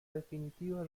definitiva